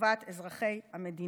לטובת אזרחי המדינה.